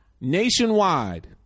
nationwide